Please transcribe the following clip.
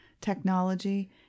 technology